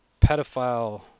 pedophile